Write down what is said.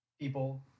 people